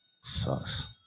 Sucks